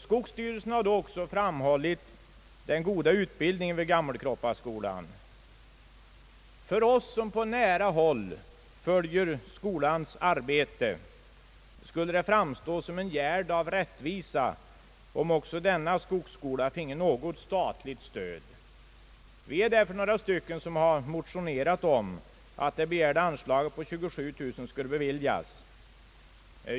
Skogsstyrelsen har också framhållit den goda utbildningen vid Gammelkroppaskolan. För oss som på nära håll följer skolans arbete skulle det framstå som en gärd av rättvisa, om också denna skola finge något statligt stöd. Vi har därför motionerat om att det begärda anslaget på 27 000 kronor skulle beviljas.